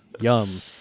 Yum